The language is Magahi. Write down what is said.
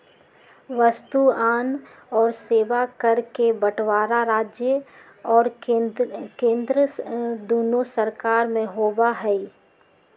वस्तुअन और सेवा कर के बंटवारा राज्य और केंद्र दुन्नो सरकार में होबा हई